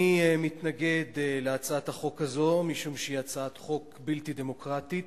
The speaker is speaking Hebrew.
אני מתנגד להצעת החוק הזאת משום שהיא הצעת חוק בלתי דמוקרטית,